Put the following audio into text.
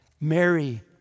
Mary